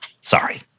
Sorry